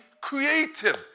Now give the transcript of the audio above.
creative